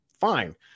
Fine